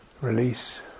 release